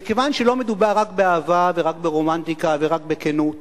וכיוון שלא מדובר רק באהבה ורק ברומנטיקה ורק בכנות